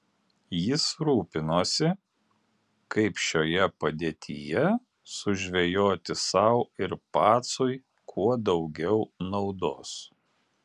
jis rūpinosi kaip šioje padėtyje sužvejoti sau ir pacui kuo daugiau naudos